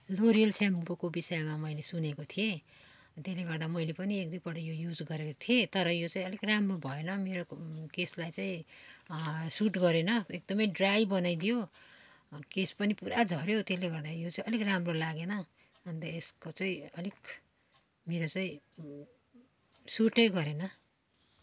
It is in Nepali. लोरियल सेम्पोको विषयमा मैले सुनेको थिएँ त्यसले गर्दा मैले पनि एक दुई पल्ट यो चाहिँ युज गरेको थिएँ तर यो चाहिँ अलिक राम्रो भएन मेरो केशलाई चाहिँ सुट गरेन एकदम ड्राई बनाइदियो केश पनि पुरा झर्यो त्यसले गर्दा यो चाहिँ अलिक राम्रो लागेन अन्त यसको चाहिँ अलिक मेरो चाहिँ सुट गरेन